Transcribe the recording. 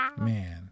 man